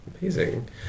amazing